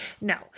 no